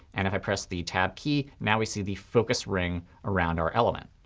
and if i press the tab key, now we see the focus ring around our element.